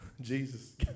Jesus